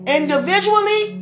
individually